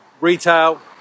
retail